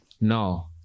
No